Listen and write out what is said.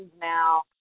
now